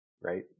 right